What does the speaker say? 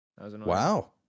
wow